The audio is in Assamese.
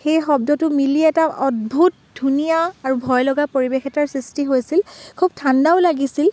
সেই শব্দটো মিলি এটা অদ্ভুত ধুনীয়া আৰু ভয় লগা পৰিৱেশ এটাৰ সৃষ্টি হৈছিল খুব ঠাণ্ডাও লাগিছিল